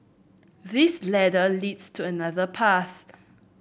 this ladder leads to another path